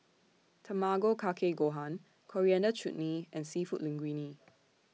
Tamago Kake Gohan Coriander Chutney and Seafood Linguine